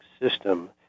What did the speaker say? system